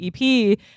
ep